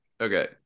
okay